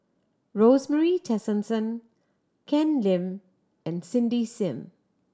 Rosemary Tessensohn Ken Lim and Cindy Sim